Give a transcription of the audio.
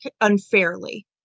unfairly